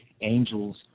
Angels